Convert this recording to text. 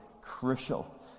crucial